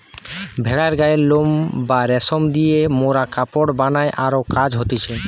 ভেড়ার গায়ের লোম বা রেশম দিয়ে মোরা কাপড় বানাই আরো কাজ হতিছে